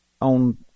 on